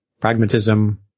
pragmatism